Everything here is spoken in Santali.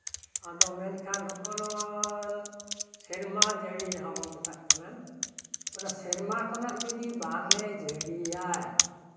ᱟᱫᱚ ᱢᱮᱱᱠᱷᱟᱱ ᱦᱚᱜᱼᱚᱭ ᱱᱚᱣᱟ ᱥᱮᱨᱢᱟ ᱡᱟᱹᱲᱤ ᱡᱟᱦᱟᱸ ᱵᱚᱱ ᱢᱮᱛᱟᱜ ᱠᱟᱱᱟ ᱚᱱᱟ ᱥᱮᱨᱢᱟ ᱠᱷᱚᱱᱟᱜ ᱡᱚᱫᱤ ᱵᱟᱝ ᱮ ᱡᱟᱹᱲᱤᱭᱟ